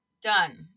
done